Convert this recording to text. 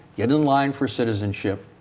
get in line for citizenship.